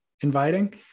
inviting